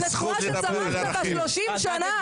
אתה יודע מה זה להסתכל לתנועה שצמחת בה 30 שנה ---?